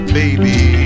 baby